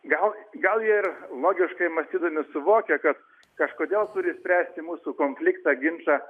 gal gal ir logiškai mąstydami suvokia kad kažkodėl turi spręsti mūsų konfliktą ginčą